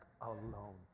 alone